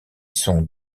sont